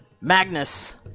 Magnus